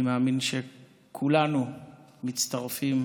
אני מאמין שכולנו מצטרפים